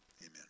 Amen